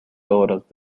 obras